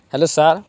hello sir